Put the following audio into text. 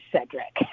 Cedric